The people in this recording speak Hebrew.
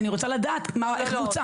אני רוצה לדעת איך בוצע.